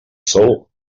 sòl